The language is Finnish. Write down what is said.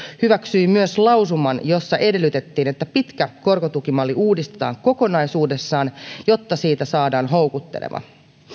hyväksyi myös lausuman jossa edellytettiin että pitkä korkotukimalli uudistetaan kokonaisuudessaan jotta siitä saadaan houkutteleva